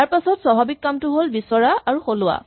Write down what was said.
ইয়াৰপাছৰ স্বাভাৱিক কামটো হ'ল বিচৰা আৰু সলোৱা